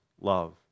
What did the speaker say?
love